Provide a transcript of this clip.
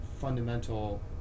fundamental